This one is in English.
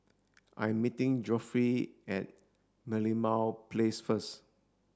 I'm meeting Godfrey at Merlimau Place first